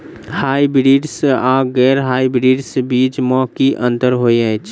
Hybrids आ गैर hybrids बीज म की अंतर होइ अछि?